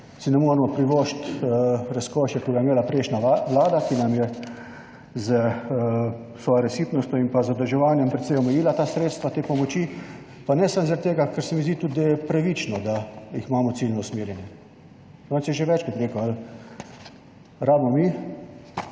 si ne moremo privoščiti razkošja, ki ga je imela prejšnja Vlada, ki nam je s svojo razsipnostjo in pa zadolževanjem precej omejila ta sredstva te pomoči, pa ne samo zaradi tega, ker se mi zdi tudi, da je pravično, da jih imamo ciljno usmerjene. Danes se je že večkrat rekel, ali rabimo mi,